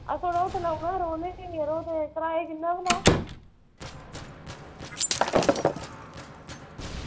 असें थुआढ़े होटल औना आं यरो ते किराया किन्ना ऐ